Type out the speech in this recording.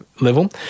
level